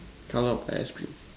colour of the ice cream